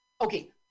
okay